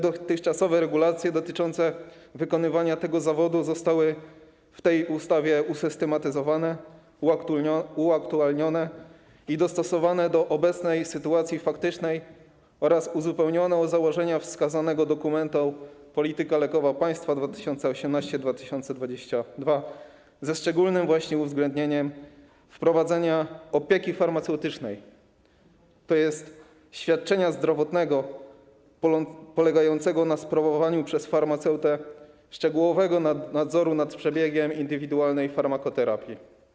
Dotychczasowe regulacje dotyczące wykonywania tego zawodu zostały w tej ustawie usystematyzowane, uaktualnione i dostosowane do obecnej sytuacji faktycznej oraz uzupełnione o założenia wskazanego dokumentu „Polityka lekowa państwa 2018-2022”, ze szczególnym uwzględnieniem wprowadzenia opieki farmaceutycznej, tj. świadczenia zdrowotnego polegającego na sprawowaniu przez farmaceutę szczegółowego nadzoru nad przebiegiem indywidualnej farmakoterapii.